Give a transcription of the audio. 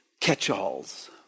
catch-alls